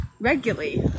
regularly